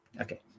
Okay